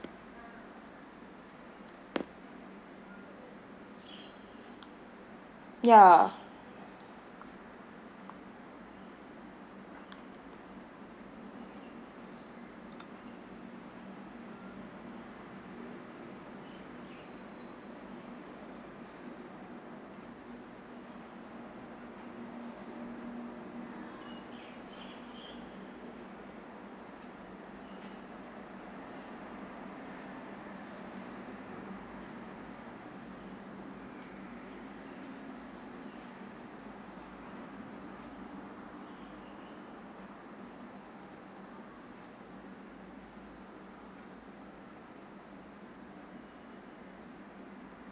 ya